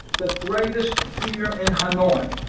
the greatest fear in hanoi